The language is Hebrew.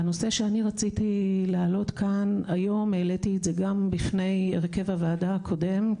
הנושא שרציתי להעלות כאן היום והעליתי את זה גם בפני הרכב הוועדה הקודם,